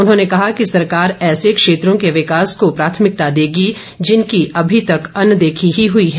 उन्होंने कहा कि सरकार ऐसे क्षेत्रों के विकास को प्राथमिकता देगी जिनकी अभी तक अनदेखी ही हई है